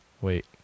Wait